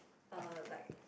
err like